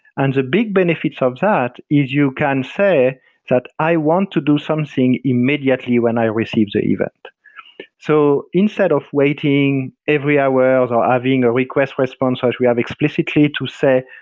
and the big benefits of that is you can say that i want to do something immediately when i receive the event so instead of waiting every hour, or ah having a request response as we have explicitly to say,